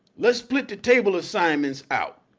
let's split the table assignments out.